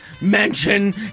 mention